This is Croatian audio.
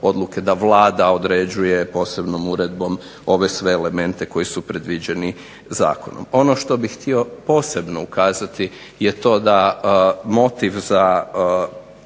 odluke da Vlada određuje posebnom uredbom ove sve elemente koji su predviđeni zakonom. Ono što bih htio posebno ukazati je to da motivi,